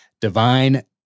Divine